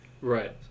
Right